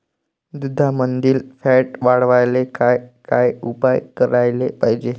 दुधामंदील फॅट वाढवायले काय काय उपाय करायले पाहिजे?